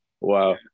wow